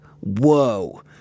whoa